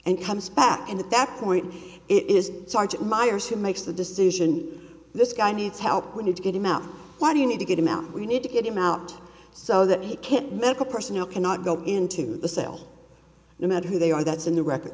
and comes back and at that point it is sergeant myers who makes the decision this guy needs help we need to get him out when you need to get him out we need to get him out so that he can't medical personnel cannot go into the cell no matter who they are that's in the record